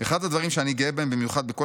"אחד הדברים שאני גאה בהם במיוחד בכל